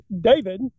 David